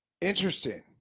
Interesting